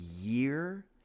year